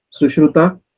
sushruta